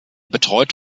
betreut